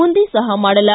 ಮುಂದೆ ಸಹ ಮಾಡಲ್ಲ